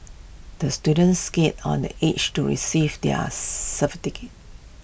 the student skated on the age to receive their